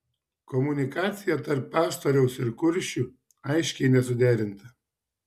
komunikacija tarp pastoriaus ir kuršių aiškiai nesuderinta